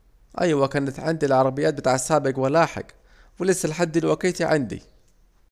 ايوه كانت عندي العربيات بتاعت سابج ولاحج ولسه لحد دلوقيتي عندي